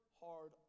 hard